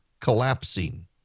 Collapsing